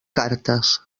cartes